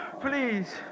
Please